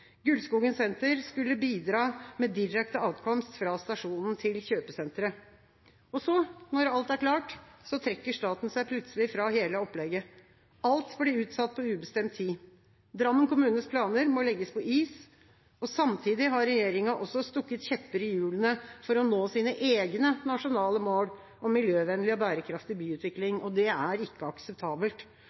senter skulle bidra med direkte adkomst fra stasjonen til kjøpesenteret. Så, når alt er klart, trekker staten seg plutselig fra hele opplegget. Alt blir utsatt på ubestemt tid. Drammen kommunes planer må legges på is. Samtidig har regjeringa også stukket kjepper i hjulene for å nå sine egne nasjonale mål om miljøvennlig og bærekraftig byutvikling. Det er ikke akseptabelt.